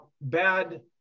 bad